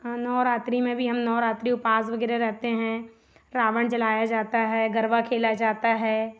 हम नवरात्रि में भी हम नवरात्रि उपवास वग़ैरह रहते हैं रावण जलाया जाता है गरबा खेला जाता है